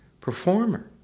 performer